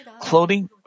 clothing